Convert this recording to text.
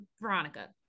Veronica